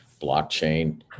blockchain